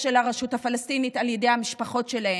של הרשות הפלסטינית על ידי המשפחות שלהם.